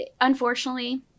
Unfortunately